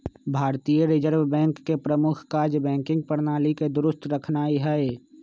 भारतीय reserve bank के प्रमुख काज़ बैंकिंग प्रणाली के दुरुस्त रखनाइ हइ